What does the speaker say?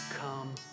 Come